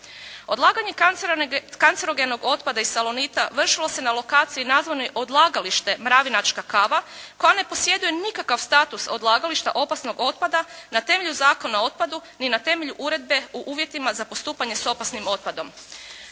Odlaganje kancerogenog otpada iz "Salonit" vršilo se na lokaciji nazvanoj odlagalište "Mravinačka kava" koja ne posjeduje nikakav status odlagališta opasnog otpada na temelju Zakona o otpadu ni na temelju Uredbe u uvjetima za postupanje s opasnim otpadom.